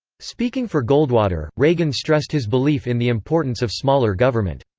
speaking for goldwater, reagan stressed his belief in the importance of smaller government.